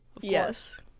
Yes